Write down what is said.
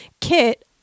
kit